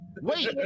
Wait